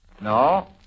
No